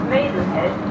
Maidenhead